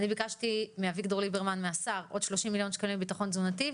אני ביקשתי מהשר אביגדור ליברמן עוד 30 מיליון שקלים לביטחון תזונתי,